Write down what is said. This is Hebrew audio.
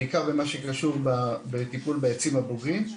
בעיקר במה שקשור בטיפול בעצים הבוגרים.